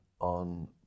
on